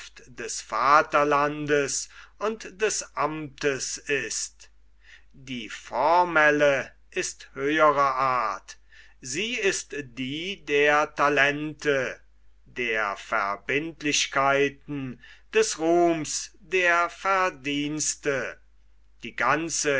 des vaterlandes und des amtes ist die formelle ist höherer art sie ist die der talente der verbindlichkeiten des ruhms der verdienste die ganze